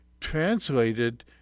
translated